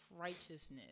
righteousness